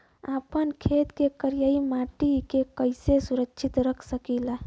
आपन खेत के करियाई माटी के कइसे सुरक्षित रख सकी ला?